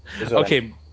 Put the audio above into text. Okay